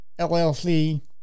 LLC